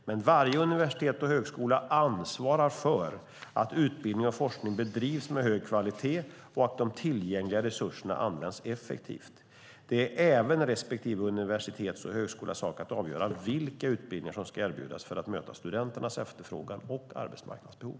Men varje universitet och högskola ansvarar för att utbildning och forskning bedrivs med hög kvalitet och att de tillgängliga resurserna används effektivt. Det är även respektive universitets och högskolas sak att avgöra vilka utbildningar som ska erbjudas för att möta studenternas efterfrågan och arbetsmarknadens behov.